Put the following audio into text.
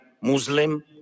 Muslim